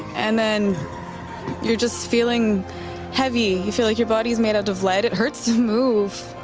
and then you're just feeling heavy. you feel like your body's made out of lead. it hurts to move.